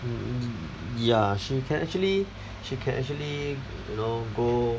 mm ya she can actually she can actually you know go